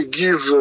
give